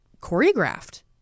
choreographed